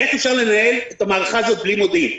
איך אפשר לנהל את המערכה הזאת בלי מודיעין?